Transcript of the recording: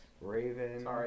Raven